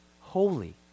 holy